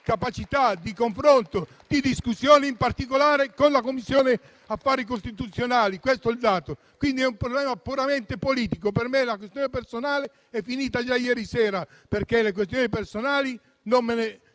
capacità di confronto e di discussione, in particolare con la Commissione affari costituzionali: questo è il dato. Quindi, è un problema puramente politico. Per me la questione personale è finita già ieri sera, perché le questioni personali non mi